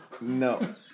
no